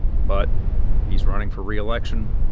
but he's running for reelection,